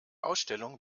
ausstellung